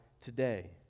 today